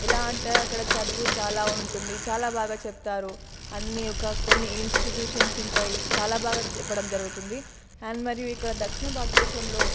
ఎలా అంటే అక్కడ చదువు చాలా ఉంటుంది చాలా బాగా చెప్తారు అన్ని ఒక కొన్ని ఇన్స్టిట్యూషన్స్ ఉంటాయి చాలా బాగా చెప్పడం జరుగుతుంది అండ్ మన ఇక్కడ దక్షిణ భారతదేశంలో